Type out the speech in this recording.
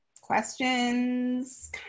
Questions